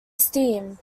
steam